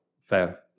Fair